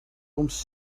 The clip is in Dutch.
ons